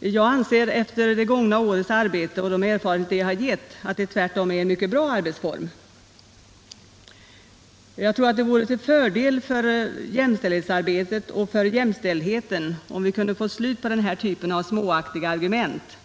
Jag anser efter det gångna årets erfarenheter att det tvärtom är en mycket bra arbetsform. Det vore till fördel för jämställdhetsarbetet och för jämställdheten om vi kunde få slut på den här typen av småaktiga argument.